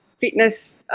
fitness